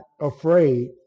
afraid